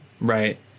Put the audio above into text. Right